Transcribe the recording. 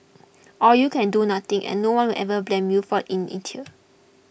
or you can do nothing and no one will ever blame you for in inertia